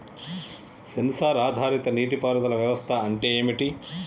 Censor ఆధారిత నీటి పారుదల వ్యవస్థ అంటే ఏమిటి?